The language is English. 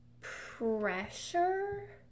pressure